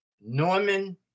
Norman